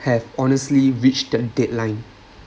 have honestly reached the deadline